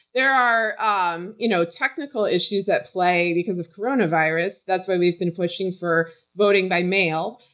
there are um you know technical issues at play because of coronavirus. that's why we've been pushing for voting by mail.